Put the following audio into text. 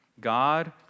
God